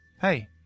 Hey